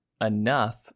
enough